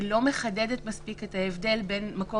היא לא מחדדת מספיק את ההבדל בין "מקום